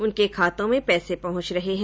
उनके खातों में पैसे पहुंच रहे हैं